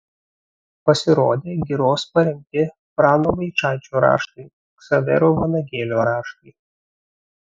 pasirodė giros parengti prano vaičaičio raštai ksavero vanagėlio raštai